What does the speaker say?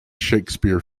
shakespeare